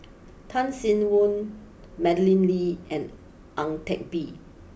Tan Sin Aun Madeleine Lee and Ang Teck Bee